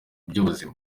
by’ubuzima